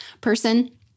person